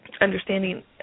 understanding